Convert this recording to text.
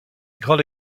grand